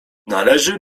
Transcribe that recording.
należy